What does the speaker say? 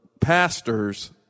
pastors